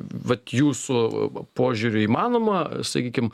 vat jūsų požiūriu įmanoma sakykim